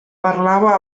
parlava